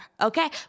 okay